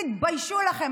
תתביישו לכם.